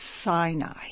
Sinai